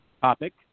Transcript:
topic